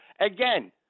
Again